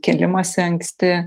kėlimąsi anksti